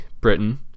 Britain